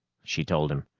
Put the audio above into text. she told him.